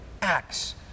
acts